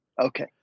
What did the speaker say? Okay